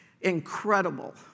Incredible